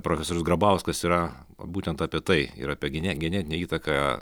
profesorius grabauskas yra būtent apie tai ir apie gene genetinę įtaką